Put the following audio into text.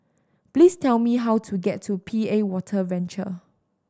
please tell me how to get to P A Water Venture